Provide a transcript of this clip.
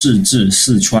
四川